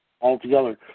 altogether